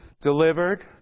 delivered